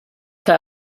que